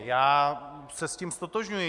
Já se s tím ztotožňuji.